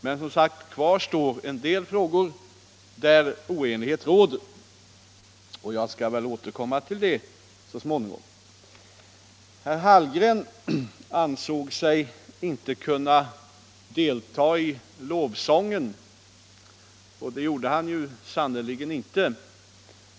Men som sagt: Kvar står en del frågor, Idär oenighet fortfarande råder, och jag skall återkomma till dem så småningom. Herr Hallgren ansåg sig inte kunna delta i lovsången, och det gjorde han sannerligen inte.